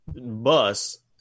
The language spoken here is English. bus